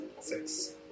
Six